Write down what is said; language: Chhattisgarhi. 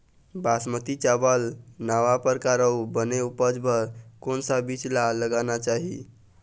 बासमती चावल नावा परकार अऊ बने उपज बर कोन सा बीज ला लगाना चाही?